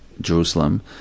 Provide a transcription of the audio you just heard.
Jerusalem